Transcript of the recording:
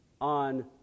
on